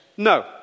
No